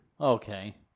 Okay